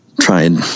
trying